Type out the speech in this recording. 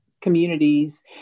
communities